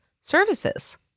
Services